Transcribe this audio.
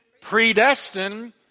predestined